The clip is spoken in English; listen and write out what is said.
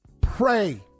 Pray